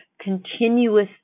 continuous